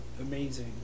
amazing